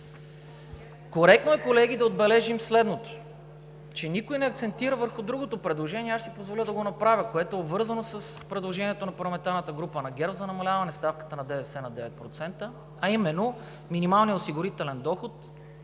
Коректно е, колеги, да отбележим следното, че никой не акцентира върху другото предложение. Аз ще си позволя да го направя, което е обвързано с предложението на парламентарната група на ГЕРБ за намаляване ставката на ДДС на 9%, а именно – минималният осигурителен доход